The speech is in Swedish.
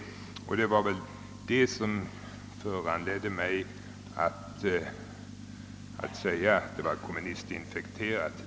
Det var det förhållandet som föranledde mig att använda uttrycket kommunistinfekterad.